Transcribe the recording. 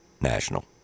national